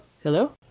hello